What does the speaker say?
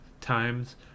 times